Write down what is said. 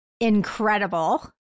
incredible